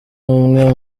imwe